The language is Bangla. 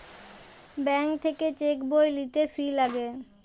ব্যাঙ্ক থাক্যে চেক বই লিতে ফি লাগে